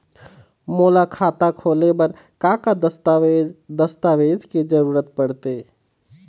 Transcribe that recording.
मोला खाता खोले बर का का दस्तावेज दस्तावेज के जरूरत पढ़ते?